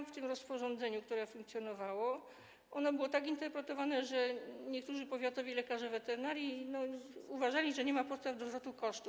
I to rozporządzenie, które funkcjonowało, było tak interpretowane, że niektórzy powiatowi lekarze weterynarii uważali, że nie ma podstaw do zwrotu kosztów.